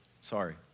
Sorry